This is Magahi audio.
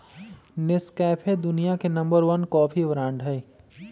नेस्कैफे दुनिया के नंबर वन कॉफी ब्रांड हई